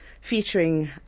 featuring